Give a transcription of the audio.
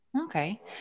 Okay